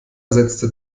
setzte